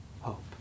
hope